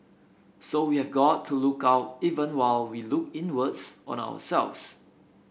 so we have got to look out even while we look inwards on ourselves